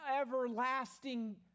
everlasting